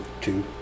two